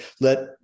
let